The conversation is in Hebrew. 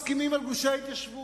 מסכימים על גושי ההתיישבות,